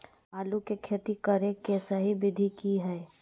आलू के खेती करें के सही विधि की हय?